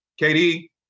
KD